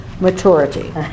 maturity